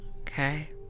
Okay